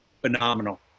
phenomenal